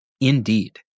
Indeed